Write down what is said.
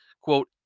quote